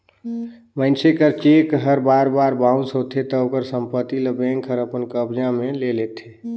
मइनसे कर चेक हर बार बार बाउंस होथे ता ओकर संपत्ति ल बेंक हर अपन कब्जा में ले लेथे